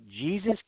Jesus